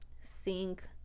sink